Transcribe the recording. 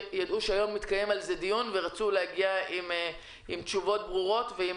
שידעו שהיום מתקיים על זה דיון ורצו להגיע עם תשובות ברורות ועם